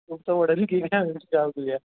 वडलगी गाव घेऊ या